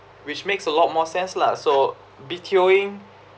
which makes a lot more sense lah so B_T_Oing